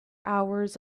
hours